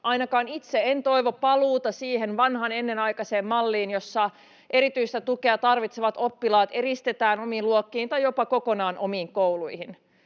Ainakaan itse en toivo paluuta siihen vanhaan ennenaikaiseen malliin, jossa erityistä tukea tarvitsevat oppilaat eristetään omiin luokkiin tai jopa kokonaan omiin kouluihin.